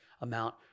amount